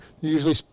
usually